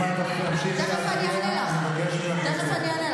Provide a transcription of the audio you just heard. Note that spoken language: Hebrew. אם את תמשיכי להפריע, אני אבקש ממך לצאת.